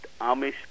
Amish